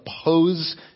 oppose